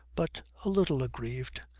but a little aggrieved.